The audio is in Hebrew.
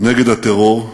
נגד הטרור,